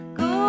go